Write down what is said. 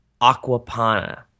Aquapana